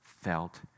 felt